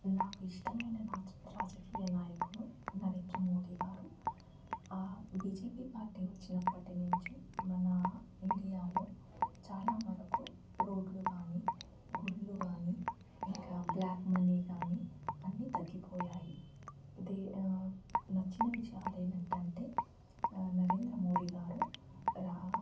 నాకు ఇష్టమైన రాజకీయ నాయకుడు నరేంద్ర మోడీ గారు ఆ బీజేపీ పార్టీ వచ్చినప్పటి నుంచి మన ఇండియాలో వరకు చాలా వరకు రోడ్లు కానీ గుళ్ళు కానీ ఇంకా బ్లాక్ మనీ కానీ అన్ని తగ్గిపోయాయి నచ్చిన విషయాలు ఏమిటంటే నరేంద్ర మోడీ గారు